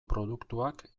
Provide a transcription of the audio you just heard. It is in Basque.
produktuak